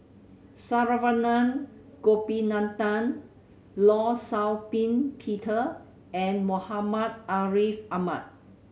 Saravanan Gopinathan Law Shau Ping Peter and Muhammad Ariff Ahmad